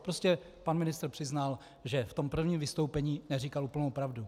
Prostě pan ministr přiznal, že v tom prvním vystoupení neříkal úplnou pravdu.